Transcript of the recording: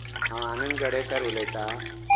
हांव आनंद गडेकर उलयतां